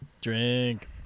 Drink